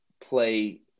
play